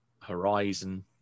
horizon